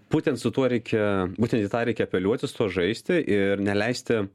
būtent su tuo reikia būtent į tą reikia apeliuoti su tuo žaisti ir neleisti